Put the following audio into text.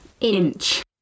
Inch